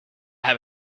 have